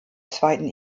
zweiten